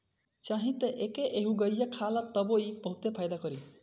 चाही त एके एहुंगईया खा ल तबो इ बहुते फायदा करी